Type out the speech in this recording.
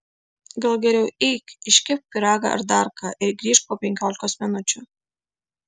gal geriau eik iškepk pyragą ar dar ką ir grįžk po penkiolikos minučių